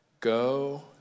go